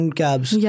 cabs